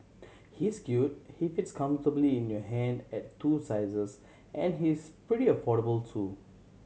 he's cute he fits comfortably in your hand at two sizes and he's pretty affordable too